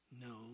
no